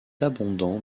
abondant